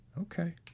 okay